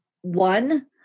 one